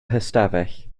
hystafell